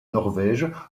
norvège